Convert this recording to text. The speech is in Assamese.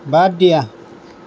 বাদ দিয়া